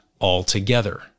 altogether